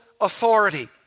authority